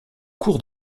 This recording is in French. cours